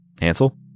Hansel